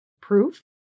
Proof